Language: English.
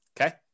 Okay